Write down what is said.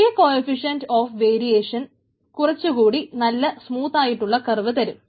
ഈ coefficient of variation കുറച്ചുകൂടി നല്ല സ്മൂത്തായിട്ടുള്ള കർവ് തരും